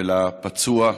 ולפצוע.